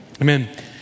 amen